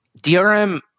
DRM